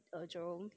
err jerome